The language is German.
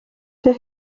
der